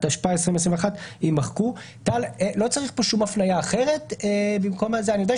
התשפ"א-2021 (להלן התקנות העיקריות) בתקנה 2 ברישה המילים "ומתקנות